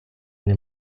nie